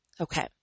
Okay